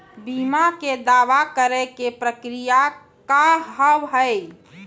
बीमा के दावा करे के प्रक्रिया का हाव हई?